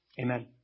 Amen